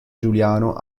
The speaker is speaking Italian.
giuliano